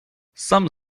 some